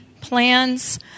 plans